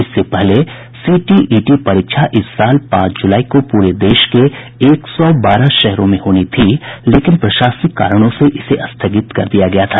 इससे पहले सीटीईटी परीक्षा इस साल पांच जुलाई को पूरे देश के एक सौ बारह शहरों में होनी थी लेकिन प्रशासनिक कारणों से इसे स्थगित कर दिया गया था